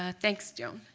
ah thanks joan.